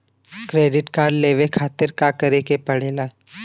Credit card लेवे खातिर का करे के पड़ेला?